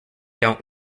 don’t